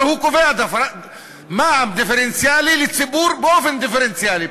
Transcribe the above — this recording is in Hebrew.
אבל הוא קובע מע"מ לציבור באופן דיפרנציאלי,